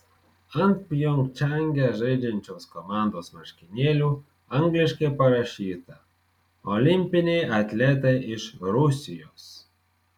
ant pjongčange žaidžiančios komandos marškinėlių angliškai parašyta olimpiniai atletai iš rusijos